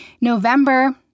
November